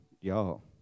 y'all